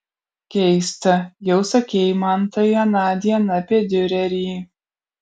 keista jau sakei man tai anądien apie diurerį